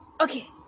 Okay